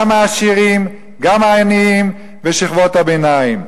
גם העשירים, גם העניים ושכבות הביניים.